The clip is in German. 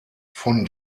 von